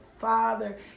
Father